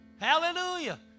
Hallelujah